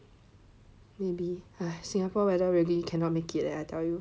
maybe Singapore weather really cannot make it eh I tell you